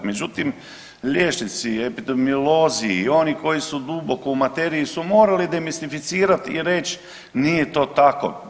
Međutim, liječnici, epidemiolozi i oni koji su duboko u materiji su morali demistificirati i reći nije to tako.